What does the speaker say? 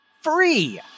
free